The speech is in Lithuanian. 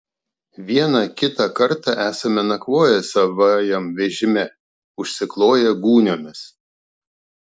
vieną kitą kartą esame nakvoję savajam vežime užsikloję gūniomis